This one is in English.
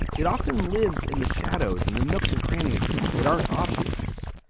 it often lives in the shadows, in the nooks and crannies that aren't obvious.